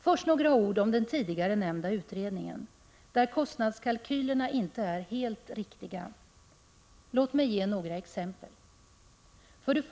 Först några ord om den tidigare nämnda utredningen, där kostnadskalkylerna inte är helt riktiga. Låt mig ge några exempel: 1.